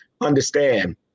understand